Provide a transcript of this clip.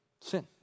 Sin